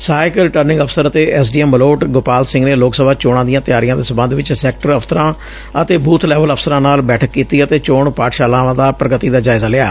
ਸਹਾਇਕ ਰਿਟਰਨਿੰਗ ਅਫਸਰ ਤੇ ਐਸਡੀਐਮ ਮਲੋਟ ਗੋਪਾਲ ਸਿੰਘ ਨੇ ਲੋਕ ਸਭਾ ਚੋਣਾਂ ਦੀਆਂ ਤਿਆਰੀਆਂ ਦੇ ਸਬੰਧ ਵਿਚ ਸੈਕਟਰ ਅਫਸਰਾਂ ਅਤੇ ਬੁਥ ਲੈਵਲ ਅਫਸਰਾਂ ਨਾਲ ਬੈਠਕ ਕੀਤੀ ਅਤੇ ਚੋਣ ਪਾਠਸ਼ਾਲਾਵਾਂ ਦੀ ਪ੍ਰਗਤੀ ਦਾ ਜਾਇਜ਼ਾ ਵੀ ਲਿਆ